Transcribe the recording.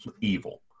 evil